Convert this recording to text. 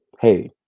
Hey